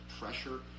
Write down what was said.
pressure